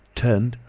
turned,